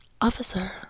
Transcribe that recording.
officer